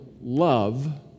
love